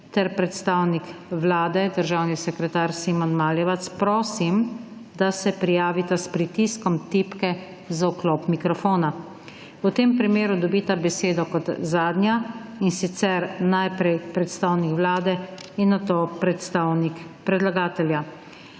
ter predstavnik vlade, državni sekretar Simon Maljevac, prosim, da se prijavita s pritiskom tipke za vklop mikrofona. V tem primeru dobita besedo kot zadnja in sicer najprej predstavnik vlade in nato predstavnik predlagatelja.